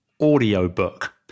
audiobook